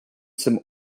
some